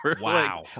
Wow